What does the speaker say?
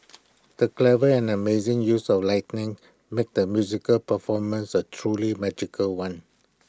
the clever and amazing use of lightening made the musical performance A truly magical one